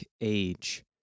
age